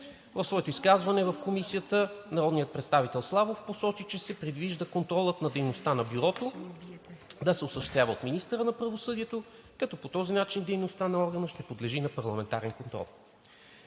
В своето изказване в Комисията народният представител Славов посочи, че се предвижда контролът върху дейността на Бюрото да се осъществява от министъра на правосъдието, като по този начин дейността на органа ще подлежи на парламентарен контрол.